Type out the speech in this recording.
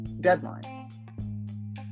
deadline